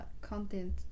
content